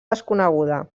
desconeguda